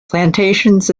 plantations